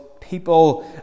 people